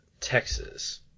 Texas